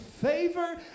favor